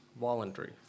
voluntary